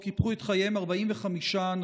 שבו קיפחו את חייהם 45 אנשים,